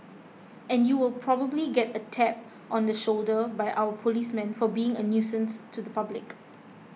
and you will probably get a tap on the shoulder by our policemen for being a nuisance to the public